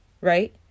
right